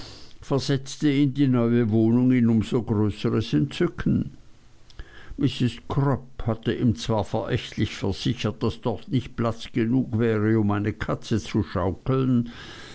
versetzte ihn die neue wohnung in umso größeres entzücken mrs crupp hatte ihm zwar verächtlich versichert daß dort nicht platz genug wäre um eine katze zu schaukeln